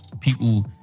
people